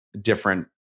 different